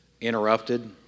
interrupted